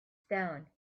stone